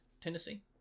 Tennessee